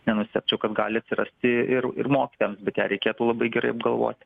nenustebčiau kad gali atsirasti ir ir mokytojams bet jei reikėtų labai gerai apgalvoti